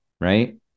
right